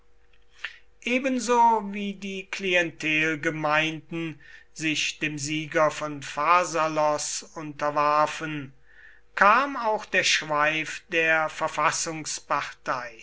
ebenso wie die klientelgemeinden sich dem sieger von pharsalos unterwarfen kam auch der schweif der